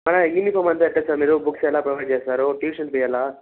uniform అంతా ఎట్ల sir మీరు బుక్స్ ఎలా ప్రొవైడ్ చేస్తారు ట్యూషన్ ఫీజ్ ఎలా